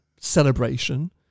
celebration